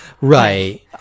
Right